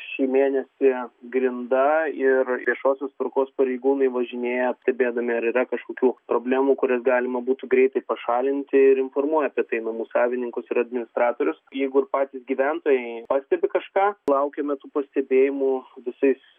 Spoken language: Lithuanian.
šį mėnesį grinda ir viešosios tvarkos pareigūnai važinėja stebėdami ar yra kažkokių problemų kurias galima būtų greitai pašalinti ir informuoja apie tai namų savininkus ir administratorius jeigu patys gyventojai pastebi kažką laukiame tų pastebėjimų su visais